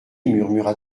murmura